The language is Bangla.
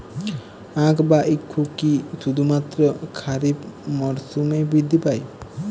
আখ বা ইক্ষু কি শুধুমাত্র খারিফ মরসুমেই বৃদ্ধি পায়?